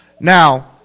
Now